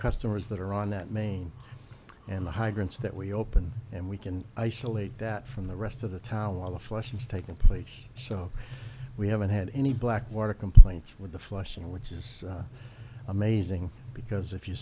customers that are on that main and the hydrants that we open and we can isolate that from the rest of the town while the flushing has taken place so we haven't had any black water complaints with the flushing which is amazing because if you